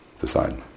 decide